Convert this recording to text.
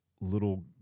little